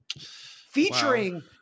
Featuring